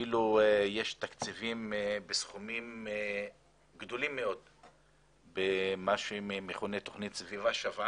יש תקציבים בסכומים גדולים מאוד במה שמכונה תוכנית סביבה שווה